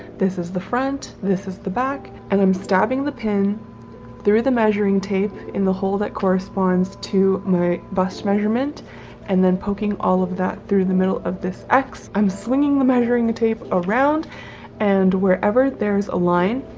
this is the front. this is the back and i'm stabbing the pin through the measuring tape in the hole that corresponds to my bust measurement and then poking all of that through the middle of this x i'm swinging the measuring tape around and wherever there's a line,